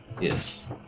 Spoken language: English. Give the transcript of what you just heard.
Yes